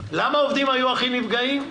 למה העובדים היו הכי נפגעים?